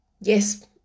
Yes